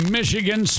Michigan